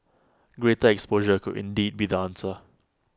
greater exposure could indeed be the answer